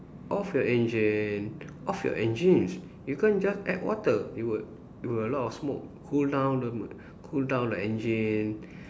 off your engine off your engines you can't just add water it will it will a lot of smoke cool down the cool down the engine